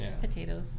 Potatoes